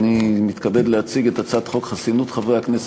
אני מתכבד להציג את הצעת חוק חסינות חברי הכנסת,